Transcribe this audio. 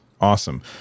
Awesome